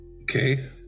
Okay